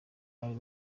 bari